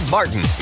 Martin